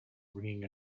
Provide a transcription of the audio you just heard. ringing